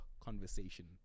conversation